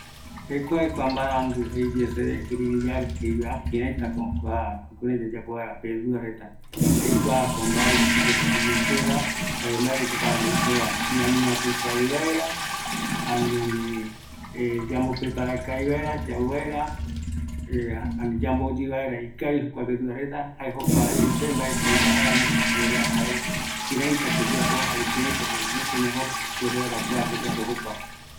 Jekuae kua ñee, mbaepeko jei seveva, mbaenunga tembiukova, jaeramo mbaetï aikuata mbaeko jaetava, erei aiopta tei aikua